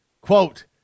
quote